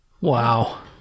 Wow